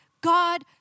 God